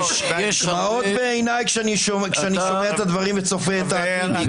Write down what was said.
דמעות בעיניי כשאני שומע את הדברים וצופה את העתיד.